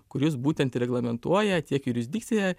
kuris būtent reglamentuoja tiek jurisdikciją